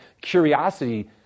curiosity